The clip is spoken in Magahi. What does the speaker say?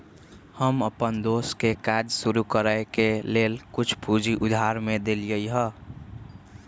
हम अप्पन दोस के काज शुरू करए के लेल कुछ पूजी उधार में देलियइ हन